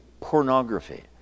pornography